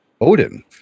Odin